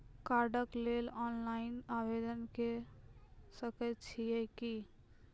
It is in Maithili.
कार्डक लेल ऑनलाइन आवेदन के सकै छियै की?